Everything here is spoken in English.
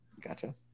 Gotcha